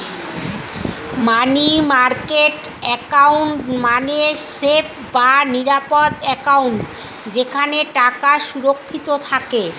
মানি market account মানে safe বা নিরাপদ অ্যাকাউন্ট যেখানে টাকা সুরক্ষিত থাকে